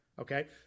Okay